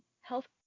health